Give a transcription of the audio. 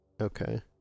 Okay